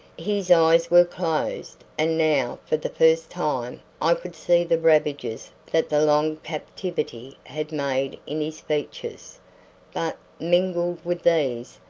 his eyes were closed, and now, for the first time, i could see the ravages that the long captivity had made in his features but, mingled with these,